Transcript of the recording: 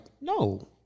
no